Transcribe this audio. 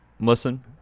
Listen